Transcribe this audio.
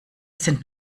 sind